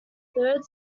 third